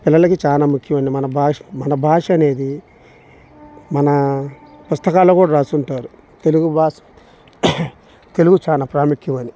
పిల్లలకి చానా ముఖ్యం అండి మన భాష మన భాష అనేది మన పుస్తకాల్లో కూడా రాసుంటారు తెలుగు బాష తెలుగు చానా ప్రాముఖ్యమని